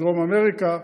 מדרום-אמריקה,